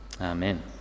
Amen